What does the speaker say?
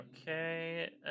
Okay